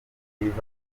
divert